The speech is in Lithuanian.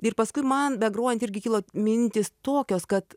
ir paskui man begrojant irgi kilo mintys tokios kad